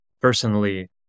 personally